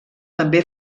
també